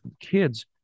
kids